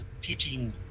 teaching